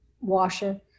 washer